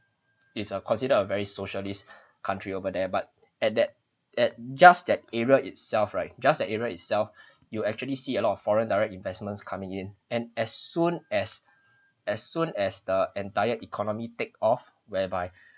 is a considered a very socialist country over there but at that at just that area itself right just that area itself you actually see a lot of foreign direct investments coming in and as soon as as soon as the entire economy take off whereby